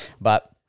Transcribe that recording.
But-